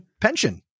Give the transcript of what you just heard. Pension